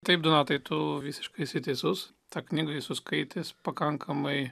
taip donatai tu visiškai teisus tą knygą esu skaitęs pakankamai